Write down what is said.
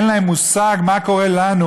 אין להם מושג מה קורה לנו,